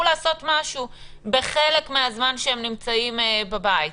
לעשות משהו בחלק מן הזמן שהם נמצאים בבית.